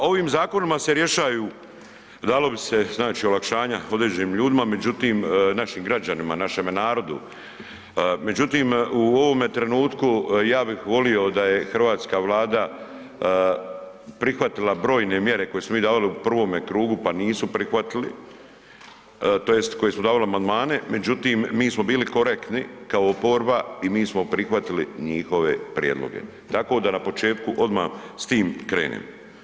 A ovim zakonima se rješaju dalo bi se olakšanja određenim ljudima, međutim našim građanima našeme narodu, međutim u ovome trenutku ja bih volio da je hrvatska Vlada prihvatila brojne mjere koje smo mi davali u prvome krugu pa nisu prihvatili tj. koji su davali amandmane, međutim mi smo bili korektni kao oporba i mi smo prihvatili njihove prijedloge, tako da na početku odmah s tim krenem.